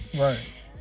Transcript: Right